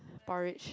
porridge